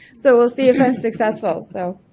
so we'll see if i'm successful, so.